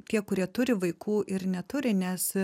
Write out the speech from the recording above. tie kurie turi vaikų ir neturi nes